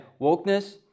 wokeness